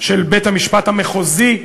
של בית-המשפט המחוזי,